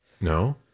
No